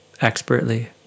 expertly